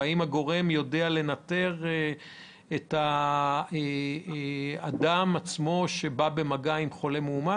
והאם אותו גורם יודע לנטר את האדם שבא במגע עם חולה מאומת?